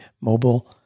Mobile